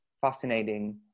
fascinating